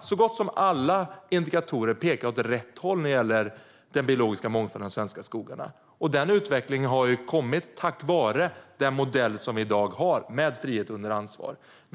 Så gott som alla indikatorer pekar åt rätt håll när det gäller den biologiska mångfalden i de svenska skogarna, och den utvecklingen har kommit tack vare den modell med frihet under ansvar som vi har i dag.